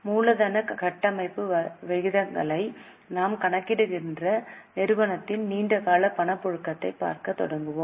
மூலதன கட்டமைப்பு விகிதங்களை நாம் கணக்கிடுகின்ற நிறுவனத்தின் நீண்ட கால பணப்புழக்கத்தை பார்க்கத் தொடங்கினோம்